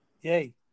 Yay